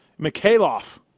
Mikhailov